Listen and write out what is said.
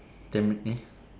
ten minute